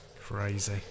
Crazy